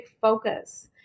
focus